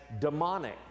demonic